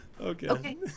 Okay